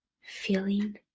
Feeling